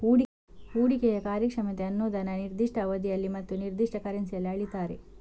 ಹೂಡಿಕೆಯ ಕಾರ್ಯಕ್ಷಮತೆ ಅನ್ನುದನ್ನ ನಿರ್ದಿಷ್ಟ ಅವಧಿಯಲ್ಲಿ ಮತ್ತು ನಿರ್ದಿಷ್ಟ ಕರೆನ್ಸಿಯಲ್ಲಿ ಅಳೀತಾರೆ